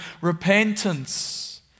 repentance